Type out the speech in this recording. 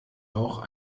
auch